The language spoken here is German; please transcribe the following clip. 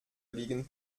liegen